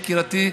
יקירתי,